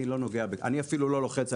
אני אפילו לא לוחץ על הטלפון.